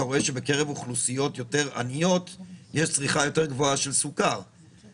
אתה רואה שבקרב אוכלוסיות עניות יותר יש צריכה גבוהה יותר של סוכר,